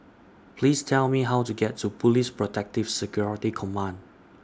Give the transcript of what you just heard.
Please Tell Me How to get to Police Protective Security Command